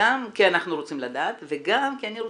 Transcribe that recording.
גם כי אנחנו רוצים לדעת וגם כי אני רוצה,